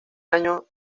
año